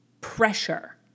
pressure